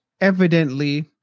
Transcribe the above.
evidently